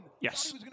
Yes